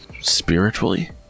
spiritually